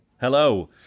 Hello